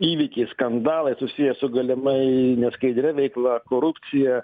įvykiai skandalai susiję su galimai neskaidria veikla korupcija